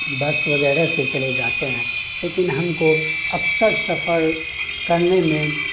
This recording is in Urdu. بس وغیرہ سے چلے جاتے ہیں لیکن ہم کو اکثر سفر کرنے میں